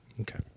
Okay